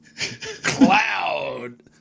cloud